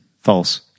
False